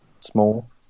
small